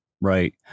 right